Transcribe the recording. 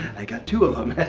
i got two of them!